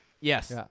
Yes